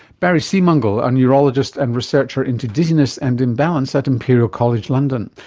barry seemungal, a neurologist and researcher into dizziness and imbalance at imperial college london.